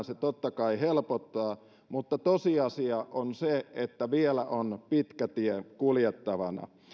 se totta kai helpottaa mutta tosiasia on se että vielä on pitkä tie kuljettavana